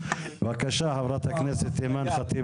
בבקשה, חברת הכנסת אימאן ח'טיב